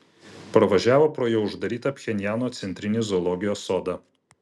pravažiavo pro jau uždarytą pchenjano centrinį zoologijos sodą